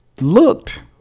looked